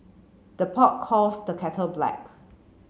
the pot calls the kettle black